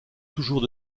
toujours